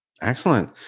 Excellent